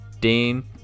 Dean